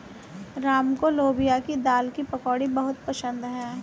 राम को लोबिया की दाल की पकौड़ी बहुत पसंद हैं